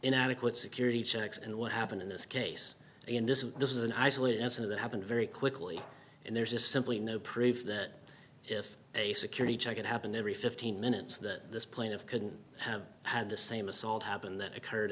inadequate security checks and what happened in this case in this this is an isolated incident that happened very quickly and there's just simply no proof that if a security check it happened every fifteen minutes that this plane of couldn't have had the same assault happen that occurred